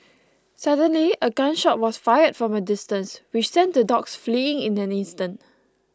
suddenly a gun shot was fired from a distance which sent the dogs fleeing in an instant